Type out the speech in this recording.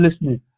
listening